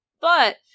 but-